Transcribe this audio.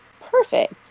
perfect